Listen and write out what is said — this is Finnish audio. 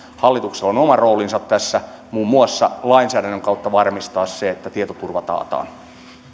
hallituksella on oma roolinsa tässä muun muassa lainsäädännön kautta varmistaa se että tietoturva taataan